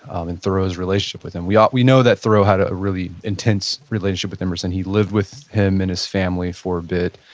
um and thoreau's relationship with him. we ah we know that thoreau had a a really intense relationship with emerson. he lived with him and his family for a bit.